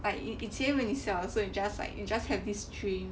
like 以前 when 你小的时候 you just have this dream